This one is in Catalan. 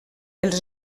els